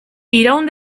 iraun